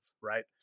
right